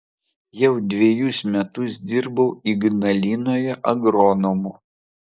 jau dvejus metus dirbau ignalinoje agronomu